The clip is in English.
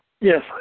Yes